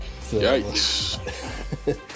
Yikes